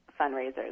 fundraisers